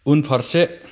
उनफारसे